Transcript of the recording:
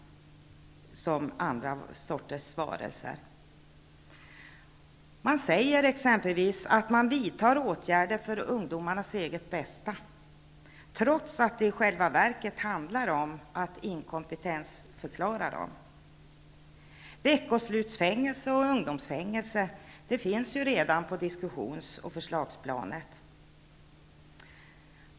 Man säger att man vidtar åtgärder för ungdomarnas eget bästa, trots att det i själva verket handlar om att inkompetensförklara dem. Veckoslutsfängelse och ungdomsfängelser finns ju redan på diskussions och förslagsplanet.